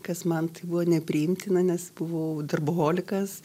kas man tai buvo nepriimtina nes buvau darboholikas